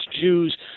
Jews